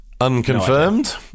Unconfirmed